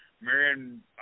Marion